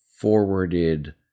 forwarded